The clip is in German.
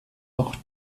auch